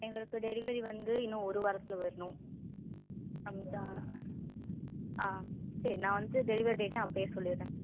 எங்களுக்கு டெலிவரி வந்து இன்னும் ஒரு வாரத்தில் வேணும் ரம்ஜான் ஆ சரி நான் வந்து டெலிவரி டேட்டையும் அப்போயே சொல்லிடுறேன்